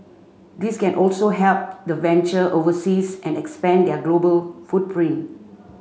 this can also help the venture overseas and expand their global footprint